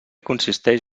consisteix